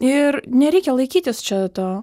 ir nereikia laikytis čia to